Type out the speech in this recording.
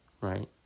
right